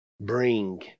bring